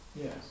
Yes